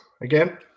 again